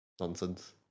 Nonsense